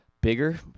Bigger